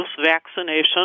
vaccination